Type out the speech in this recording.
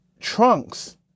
trunks